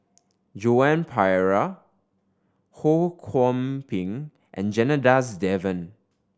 Joan Pereira Ho Kwon Ping and Janadas Devan